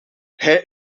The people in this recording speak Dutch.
hij